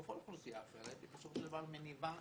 בכל אוכלוסייה אחרת היא בסופו של דבר מניבה